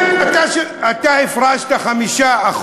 כן, אתה הפרשת 5%,